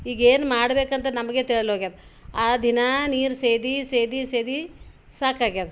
ಈಗ ಏನು ಮಾಡಬೇಕಂತ ನಮಗೆ ತಿಳಲೋಗ್ಯದ ಆ ದಿನ ನೀರು ಸೇದಿ ಸೇದಿ ಸೇದಿ ಸಾಕಾಗ್ಯಾವ